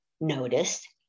noticed